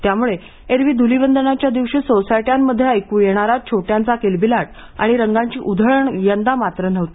त्यामुळे एरवी धुलीवंदनाच्या दिवशी सोसायट्यांमध्ये ऐकू येणारा छोट्यांचा किलबिलाट आणि रंगांची उधळण यंदा मात्र नव्हती